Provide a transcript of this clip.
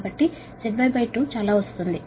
కాబట్టి ZY2 ఇంత వస్తుంది